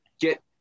get